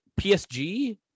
PSG